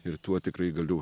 ir tuo tikrai galiu